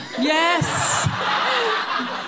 Yes